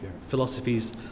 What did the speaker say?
philosophies